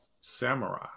Samurai